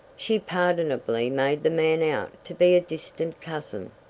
she pardonably made the man out to be a distant cousin.